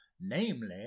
Namely